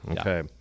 Okay